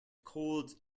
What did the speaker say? cold